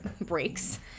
breaks